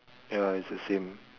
ya it's the same